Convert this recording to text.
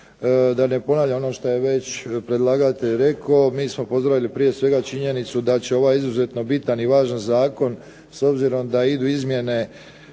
Da ne ponavljam ono što je već predlagatelj rekao, mi smo pozdravili prije svega činjenicu da će ovaj izuzetno bitan i važan zakon s obzirom da idu izmjene